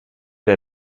der